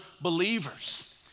believers